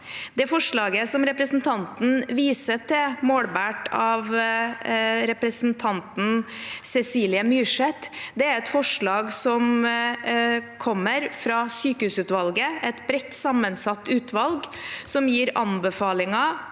Det forslaget som representanten viser til, målbåret av representanten Cecilie Myrseth, er et forslag som kommer fra sykehusutvalget, et bredt sammensatt utvalg som gir anbefalinger